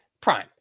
Prime